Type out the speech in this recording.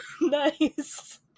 nice